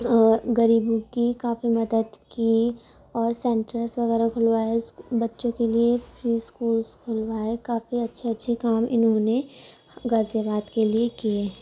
اورغریبوں کی کافی مدد کی اور سنٹرس وغیرہ کھلوائے بچوں کے لیے فری اسکول کھلوائے کافی اچھے اچھے کام انہوں نے غازی آباد کے لیے کیے ہیں